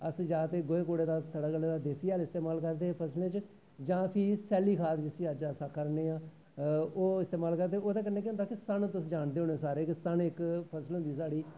अस जादातर गोहे कूड़े दा देस्सी हैल इस्तेमाल करदे हे फसलें च जां फ्ही सैल्ली खाद जिसी अज्ज अस आक्खा ने आं ओह्दे कन्नै केह् होंदा हा कि सन तुस सारे जाने होने सन इक फसल होंदी ही साढ़ी